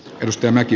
ristimäki